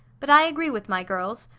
but i agree with my girls.